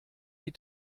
die